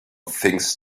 things